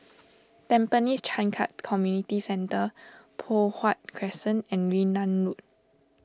Tampines Changkat Community Centre Poh Huat Crescent and Yunnan Road